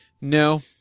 No